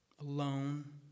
Alone